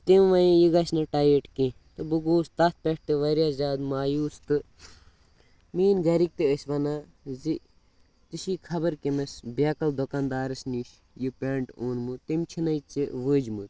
تٔمۍ وَنے یہِ گَژھِ نہٕ ٹایِٹ کیٚنٛہہ تہٕ بہٕ گوٚوُس تَتھ پٮ۪ٹھ تہِ واریاہ زیادٕ مایوٗس تہٕ میٛٲنۍ گَرِکۍ تہِ ٲسۍ وَنان زِ ژےٚ چھی خَبر کٔمِس بیکٕل دُکاندارَس نِش یہِ پٮ۪نٛٹ اونمُت تٔمۍ چھِنَے ژےٚ وٲجمٕژ